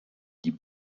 die